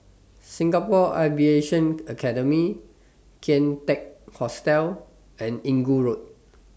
Singapore Aviation Academy Kian Teck Hostel and Inggu Road